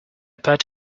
pet